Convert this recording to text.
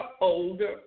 older